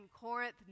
Corinth